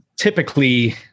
typically